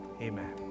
Amen